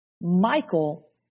Michael